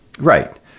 Right